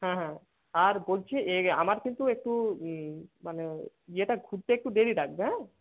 হ্যাঁ হ্যাঁ আর বলছি এ আমার কিন্তু একটু মানে ইয়েটা ঘুরতে একটু দেরি লাগবে হ্যাঁ